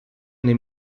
nei